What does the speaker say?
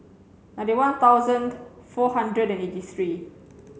ninety one thousand four hundred and eighty three